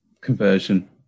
conversion